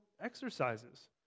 exercises